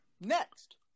next